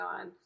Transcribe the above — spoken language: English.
on